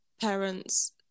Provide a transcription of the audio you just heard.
parents